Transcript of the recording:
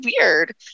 weird